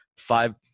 five